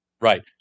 Right